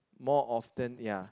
more often ya